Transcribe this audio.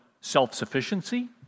self-sufficiency